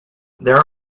there